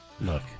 Look